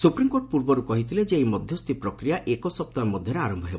supreme court ପୂର୍ବରୁ କହିଥିଲେ ଯେ ଏହି ମଧ୍ୟସ୍ଥି ପ୍ରକ୍ରିୟା ଏକ ସପ୍ତାହ ମଧ୍ୟରେ ଆରମ୍ଭ ହେବ